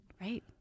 right